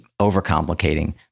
overcomplicating